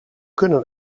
kunnen